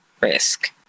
risk